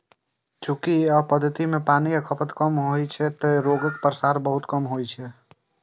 चूंकि अय पद्धति मे पानिक खपत कम होइ छै, तें रोगक प्रसार बहुत कम होइ छै